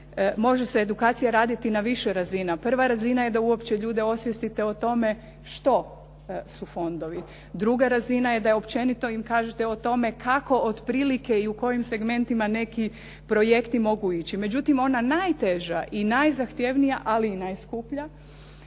može se edukacija raditi na više razina. Prva razina je da uopće ljude osvijestite o tome što su fondovi. Druga razina je da općenito im kažete o tome kako otprilike i u kojim segmentima neki projekti mogu ići. Međutim, ona najteža i najzahtjevnija, ali i najskuplja,